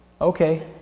Okay